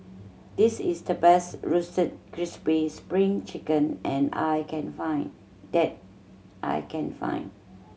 this is the best Roasted Crispy Spring Chicken and I can find that I can find